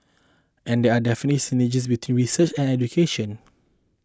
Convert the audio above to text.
and there are definitely synergies between research and education